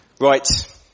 Right